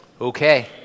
Okay